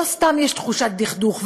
לא סתם יש תחושת דכדוך,